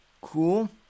Cool